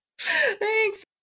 Thanks